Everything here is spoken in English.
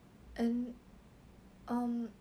um she got tell me lah she feel very restricted